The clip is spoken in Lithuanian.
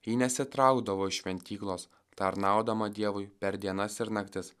ji nesitraukdavo iš šventyklos tarnaudama dievui per dienas ir naktis